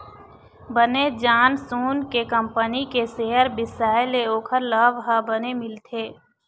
बने जान सून के कंपनी के सेयर बिसाए ले ओखर लाभ ह बने मिलथे